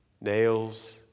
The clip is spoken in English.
nails